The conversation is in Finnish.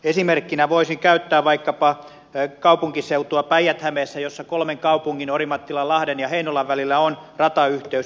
esimerkkinä voisin käyttää vaikkapa kaupunkiseutua päijät hämeessä jossa kolmen kaupungin orimattilan lahden ja heinolan välillä on ratayhteys